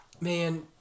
man